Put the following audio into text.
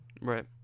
Right